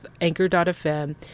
Anchor.fm